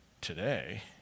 today